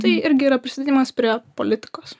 tai irgi yra prisilietimas prie politikos